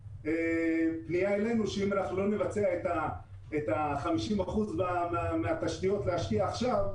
פנייה אלינו שאם לא נבצע את ה-50% מהתשתיות להשקיע עכשיו,